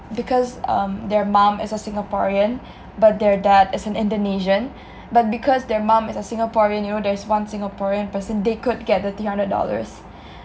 because um their mom is a singaporean but their dad is an indonesian but because their mom is a singaporean you know there's one singaporean person they could get the three hundred dollars